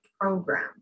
program